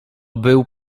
był